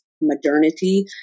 modernity